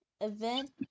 Event